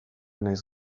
nahiz